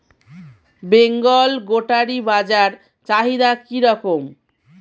বেঙ্গল গোটারি বাজার চাহিদা কি রকম?